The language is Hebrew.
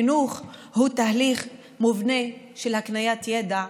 חינוך הוא תהליך מובנה של הקניית ידע,